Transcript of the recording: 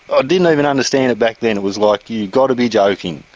ah didn't even understand it back then, it was like you've got to be joking,